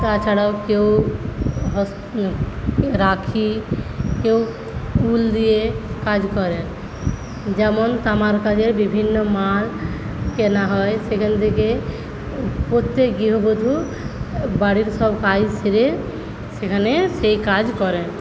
তাছাড়াও কেউ হস রাখি কেউ উল দিয়ে কাজ করে যেমন তামার কাজের বিভিন্ন মাল কেনা হয় সেখান থেকে প্রত্যেক গৃহবধূ বাড়ির সব কাজ সেরে সেখানে সেই কাজ করে